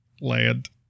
land